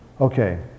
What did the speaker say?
Okay